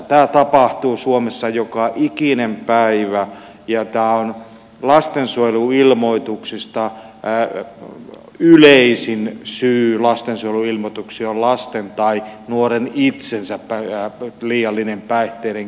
tätä tapahtuu suomessa joka ikinen päivä ja yleisin syy lastensuojeluilmoituksissa on lapsen tai nuoren itsensä liiallinen päihteiden käyttö